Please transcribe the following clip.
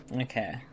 Okay